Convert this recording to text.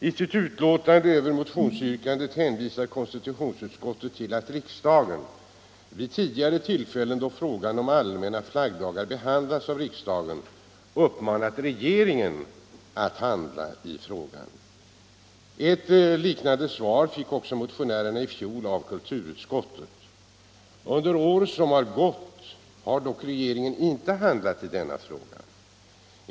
I sitt utlåtande över motionen hänvisar konstitutionsutskottet till att riksdagen vid tidigare tillfällen då frågan om allmänna flaggdagar behandlats uppmanat regeringen att handla i frågan. Ett liknande svar fick motionärerna i fjol av kulturutskottet. Under det år som gått har dock regeringen inte handlat i denna fråga.